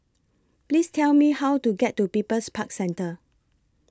Please Tell Me How to get to People's Park Centre